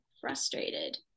frustrated